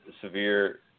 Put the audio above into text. severe –